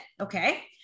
okay